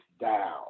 down